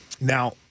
Now